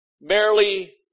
barely